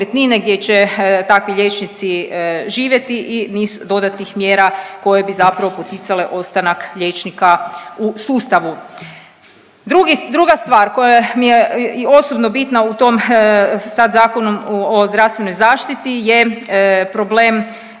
gdje će takvi liječnici živjeti i niz dodatnih mjera koje bi zapravo poticale ostanak liječnika u sustavu. Druga stvar koja mi je i osobno bitna u tom sad Zakonom o zdravstvenoj zaštiti je problem